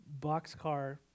Boxcar